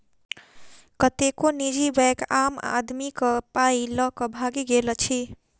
कतेको निजी बैंक आम आदमीक पाइ ल क भागि गेल अछि